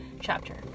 chapter